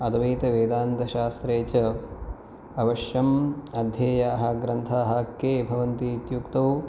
अद्वैतवेदान्तशास्त्रे च अवश्यम् अध्येयाः ग्रन्थाः के भवन्ति इत्युक्तौ